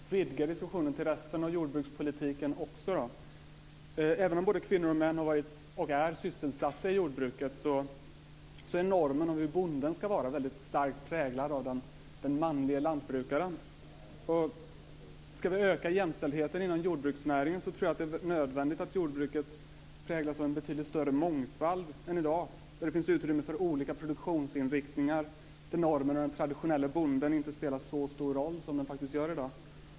Fru talman! Låt mig vidga diskussionen till resten av jordbrukspolitiken också. Även om både kvinnor och män har varit och är sysselsatta i jordbruket så är normen om hur bonden ska vara väldigt starkt präglad av den manlige lantbrukaren. Ska vi öka jämställdheten inom jordbruksnäringen tror jag att det är nödvändigt att jordbruket präglas av en betydligt större mångfald än i dag där det finns utrymme för olika produktionsinriktningar och där normen om den traditionelle bonden inte spelar så stor roll som den faktiskt gör i dag.